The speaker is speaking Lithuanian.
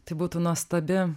tai būtų nuostabi